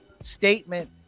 statement